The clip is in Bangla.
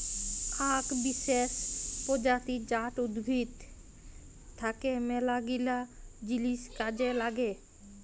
আক বিসেস প্রজাতি জাট উদ্ভিদ থাক্যে মেলাগিলা জিনিস কাজে লাগে